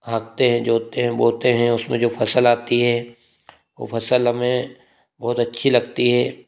आँकते है जोतते है बोते हैं उसमें जो फसल आती है वो फसल हमें बहुत अच्छी लगती है